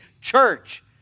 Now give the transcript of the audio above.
church